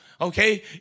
okay